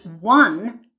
one